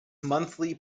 monthly